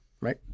right